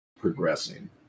progressing